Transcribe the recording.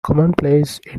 commonplace